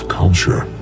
culture